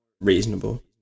reasonable